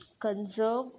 conserve